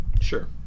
Sure